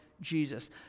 Jesus